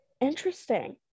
Interesting